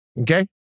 okay